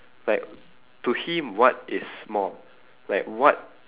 like to him what is small like what